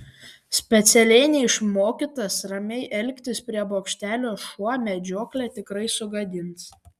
specialiai neišmokytas ramiai elgtis prie bokštelio šuo medžioklę tikrai sugadins